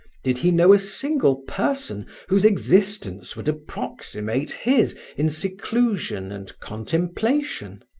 did he know a single person whose existence would approximate his in seclusion and contemplation?